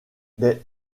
des